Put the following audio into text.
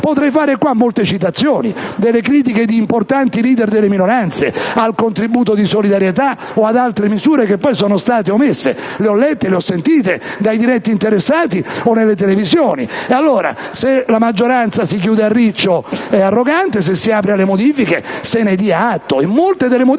Potrei fare molte citazioni delle critiche di importanti *leader* delle minoranze al contributo di solidarietà o ad altre misure che poi sono state omesse. Le ho lette e sentite dai diretti interessati o nelle televisioni. Se la maggioranza si chiude a riccio è arrogante; se si apre alle modifiche se ne dia atto.